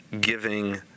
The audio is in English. giving